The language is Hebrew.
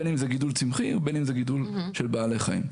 בין אם זה גידול צמחי ובין אם זה גידול של בעלי חיים.